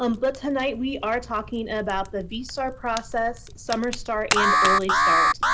um but tonight we are talking about the vstar process, summer start, and early start.